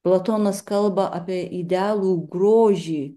platonas kalba apie idealų grožį